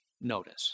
notice